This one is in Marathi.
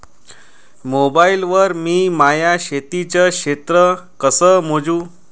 मोबाईल वर मी माया शेतीचं क्षेत्र कस मोजू?